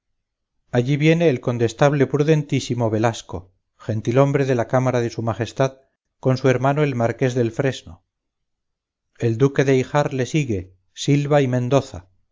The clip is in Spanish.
allí viene el condestable prudentísimo velasco gentilhombre de la cámara de su majestad con su hermano el marqués del fresno el duque de hijar le sigue silva y mendoza